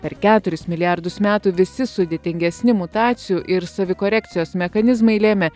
per keturis milijardus metų visi sudėtingesni mutacijų ir savikorekcijos mechanizmai lėmė